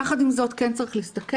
יחד עם זאת כן צריך להסתכל,